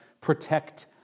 protect